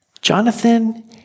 Jonathan